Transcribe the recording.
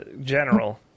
General